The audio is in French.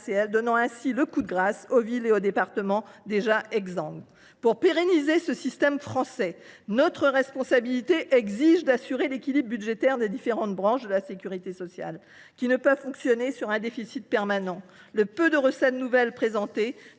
donnez ainsi le coup de grâce aux villes et aux départements, déjà exsangues. Pour pérenniser le système français, il est de notre responsabilité – c’est une exigence – d’assurer l’équilibre budgétaire des différentes branches de la sécurité sociale, lesquelles ne peuvent fonctionner avec un déficit permanent. Le peu de recettes nouvelles présentées